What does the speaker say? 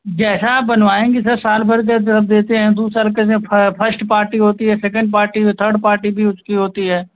जैसा आप बनवाएँगे सर साल भर देते हैं दूसरे के में फस्ट पार्टी होती है सेकेंड पार्टी तो थर्ड पार्टी भी उसकी होती है